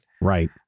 Right